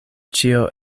ĉio